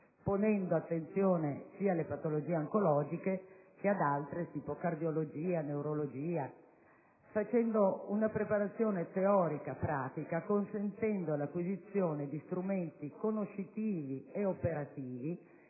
ponendo attenzione sia alle patologie oncologiche che ad altre (tipo quelle cardiologiche e neurologiche), facendo una preparazione teorico-pratica, consentendo l'acquisizione di strumenti conoscitivi e operativi